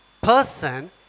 person